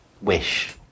wish